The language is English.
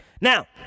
Now